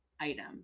item